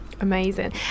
amazing